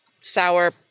sour